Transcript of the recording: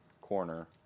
corner